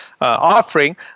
offering